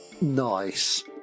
Nice